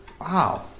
Wow